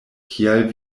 kial